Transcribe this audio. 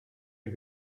had